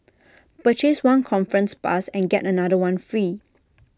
purchase one conference pass and get another one free